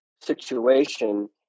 situation